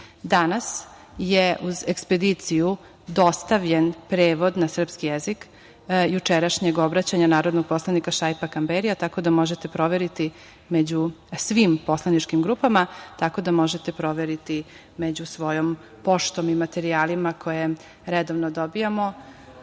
je uz ekspediciju dostavljen prevod na srpski jezik jučerašnjeg obraćanja narodnog poslanika Šaipa Kamberija, tako da možete proveriti među svim poslaničkim grupama, tako da možete proveriti među svojom poštom i materijalima koje redovno dobijamo. Povreda